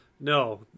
No